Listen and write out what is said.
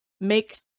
make